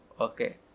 okay